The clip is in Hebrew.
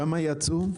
כמה יצאו?